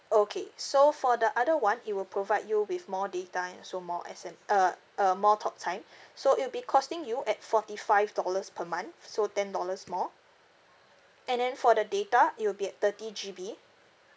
okay so for the other one it will provide you with more data and also more S_M~ uh uh more talk time so it will be costing you at forty five dollars per month so ten dollars more and then for the data it will be at thirty G_B